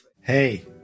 Hey